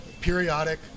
periodic